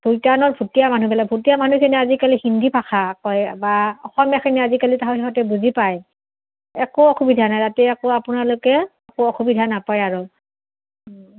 ভূটানৰ ভুটীয়া মানুহবিলাক ভুটীয়া মানুহখিনি আজিকালি হিন্দী ভাষা কয় বা অসমীয়াখিনি আজিকালি তাহাঁত সিহঁতে বুজি পায় একো অসুবিধা নাই তাতে একো আপোনালোকে একো অসুবিধা নাপায় আৰু